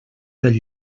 del